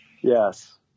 Yes